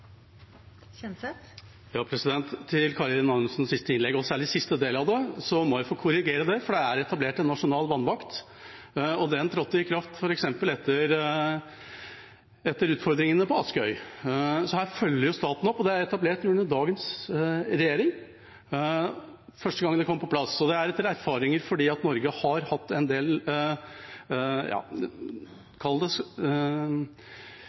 Til Karin Andersens siste innlegg, og særlig siste del av det: Jeg må få korrigere det. Det er etablert en nasjonal vannvakt, og den trådte i kraft f.eks. etter utfordringene på Askøy, så her følger staten opp. Den ble etablert under dagens regjering første gangen den kom på plass, etter erfaringer med at Norge har hatt en del